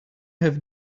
have